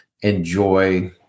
enjoy